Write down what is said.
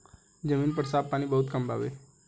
जमीन पर साफ पानी बहुत कम बावे